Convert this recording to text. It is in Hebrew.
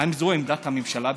האם זו עמדת הממשלה באמת,